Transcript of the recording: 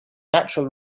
natural